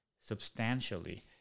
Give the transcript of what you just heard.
substantially